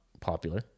popular